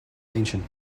ancient